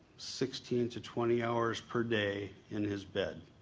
sixteen to twenty hours per day in his bed.